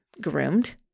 groomed